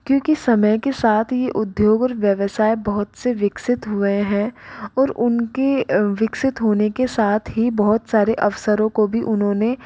क्योंकि समय के साथ ही उद्योग और व्यवसाय बहुत से विकसित हुए हैं और उनकी विकसित होने के साथ ही बहुत सारे अवसरों को भी उन्होंने